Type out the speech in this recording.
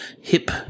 hip